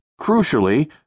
crucially